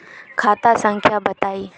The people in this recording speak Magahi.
खाता संख्या बताई?